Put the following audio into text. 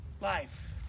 life